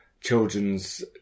children's